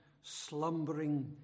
slumbering